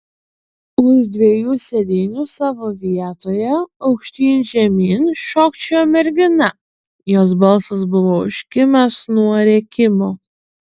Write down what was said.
už dviejų sėdynių savo vietoje aukštyn žemyn šokčiojo mergina jos balsas buvo užkimęs nuo rėkimo